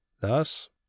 thus